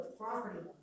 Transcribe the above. property